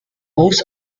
hosts